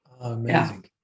Amazing